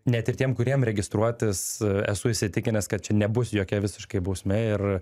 net ir tiem kuriem registruotis esu įsitikinęs kad čia nebus jokia visiškai bausmė ir